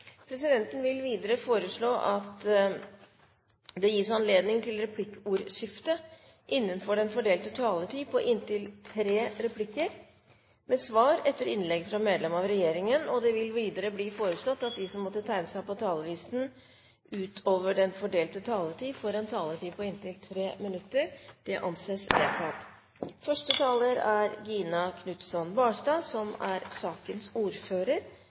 Presidenten vil videre foreslå at det gis anledning til replikkordskifte på inntil tre replikker med svar etter innlegg fra medlem av regjeringen innenfor den fordelte taletid. Det vil videre bli foreslått at de som måtte tegne seg på talerlisten utover den fordelte taletid, får en taletid på inntil 3 minutter. – Det anses vedtatt. I denne komiteen diskuterer vi ofte data og ny teknologi, men da som